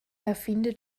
erfinde